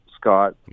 Scott